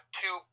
two